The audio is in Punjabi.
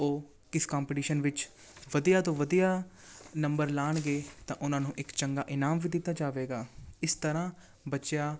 ਉਹ ਕਿਸ ਕੰਪਟੀਸ਼ਨ ਵਿੱਚ ਵਧੀਆ ਤੋਂ ਵਧੀਆ ਨੰਬਰ ਲਾਣਗੇ ਤਾਂ ਉਹਨਾਂ ਨੂੰ ਇੱਕ ਚੰਗਾ ਇਨਾਮ ਵੀ ਦਿੱਤਾ ਜਾਵੇਗਾ ਇਸ ਤਰ੍ਹਾਂ ਬੱਚਿਆਂ